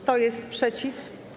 Kto jest przeciw?